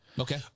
Okay